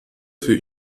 für